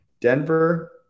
Denver